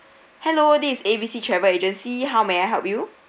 hello this is A B C travel agency how may I help you